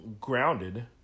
grounded